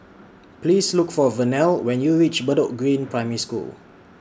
Please Look For Vernelle when YOU REACH Bedok Green Primary School